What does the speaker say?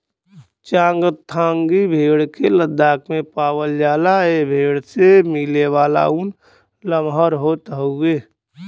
चांगथांगी भेड़ के लद्दाख में पावला जाला ए भेड़ से मिलेवाला ऊन लमहर होत हउवे